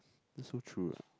that so true right